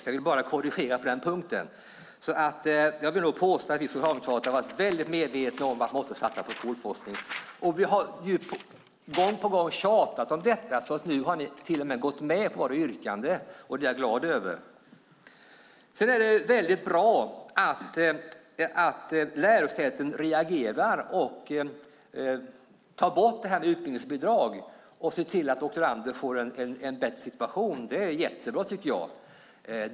Jag vill bara göra en korrigering på den punkten. Jag vill nog påstå att vi socialdemokrater har varit väldigt medvetna om att vi måste satsa på skolforskning. Vi har gång på gång tjatat om detta. Nu har ni till och med gått med på våra yrkanden, och det är jag glad över. Sedan är det väldigt bra att lärosäten reagerar och tar bort utbildningsbidragen och ser till att doktorander får en bättre situation. Det är jättebra.